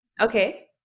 Okay